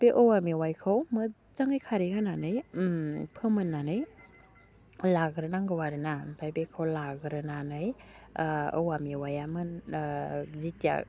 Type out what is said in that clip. बे औवा मेवाइखौ मोजाङै खारै होनानै फोमोन्नानै लाग्रोनांगौ आरोना आमफाय बेखौ लाग्रोनानै औवा मेवाइआ मोन जिथिया